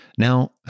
Now